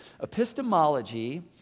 Epistemology